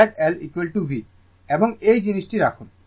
তো লিখুন Z L Vএবং এই জিনিসটি রাখুন